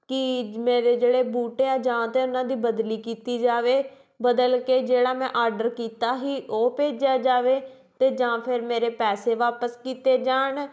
ਕਿ ਮੇਰੇ ਜਿਹੜੇ ਬੂਟ ਆ ਜਾਂ ਤਾਂ ਉਹਨਾਂ ਦੀ ਬਦਲੀ ਕੀਤੀ ਜਾਵੇ ਬਦਲ ਕੇ ਜਿਹੜਾ ਮੈਂ ਆਡਰ ਕੀਤਾ ਸੀ ਉਹ ਭੇਜਿਆ ਜਾਵੇ ਅਤੇ ਜਾਂ ਫਿਰ ਮੇਰੇ ਪੈਸੇ ਵਾਪਸ ਕੀਤੇ ਜਾਣ